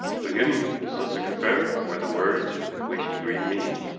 wigan, this sussex affair? were the words with which he greeted me.